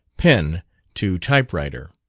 pen to typewriter